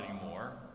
anymore